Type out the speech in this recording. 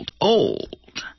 old